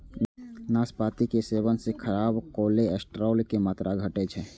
नाशपातीक सेवन सं खराब कोलेस्ट्रॉल के मात्रा घटै छै